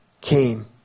came